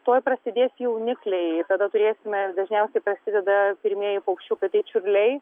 tuoj prasidės jaunikliai tada turėsime dažniausiai prasideda pirmieji paukščiukai tai čiurliai